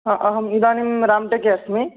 हा अहम् इदानीं रामटेके अस्मि